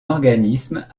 organisme